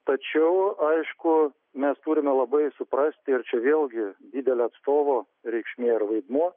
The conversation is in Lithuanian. tačiau aišku mes turime labai suprasti ir čia vėlgi didelio atstovo reikšmė ir vaidmuo